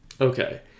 Okay